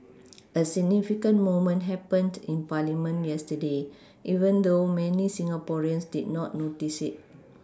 a significant moment happened in parliament yesterday even though many Singaporeans did not notice it